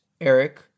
Eric